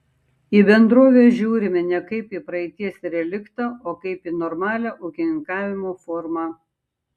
į bendroves žiūrime ne kaip į praeities reliktą o kaip į normalią ūkininkavimo formą